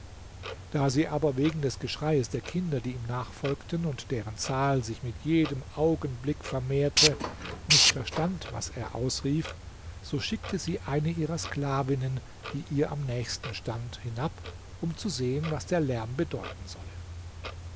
da sie aber wegen des geschreies der kinder die ihm nachfolgten und deren zahl sich mit jedem augenblick vermehrte nicht verstand was er ausrief so schickte sie eine ihrer sklavinnen die ihr am nächsten stand hinab um zu sehen was der lärm bedeuten solle